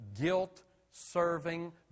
guilt-serving